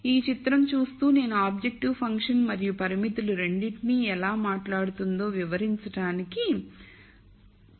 కాబట్టి ఈ చిత్రం చూస్తూ నేను ఆబ్జెక్టివ్ ఫంక్షన్ మరియు పరిమితులు రెండింటినీ ఎలా మాట్లాడుతుందో వివరించడానికి ప్రయత్నిస్తున్నాను